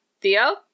Theo